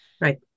Right